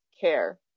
care